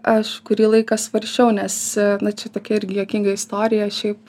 aš kurį laiką svarsčiau nes na čia tokia irgi juokinga istorija šiaip